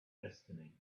destiny